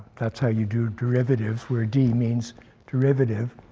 that's how you do derivatives, where d means derivative.